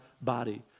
body